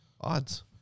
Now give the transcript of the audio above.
odds